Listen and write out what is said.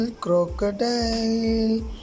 Crocodile